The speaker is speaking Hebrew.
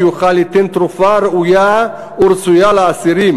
שיוכל ליתן תרופה ראויה ורצויה לאסירים,